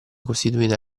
costituita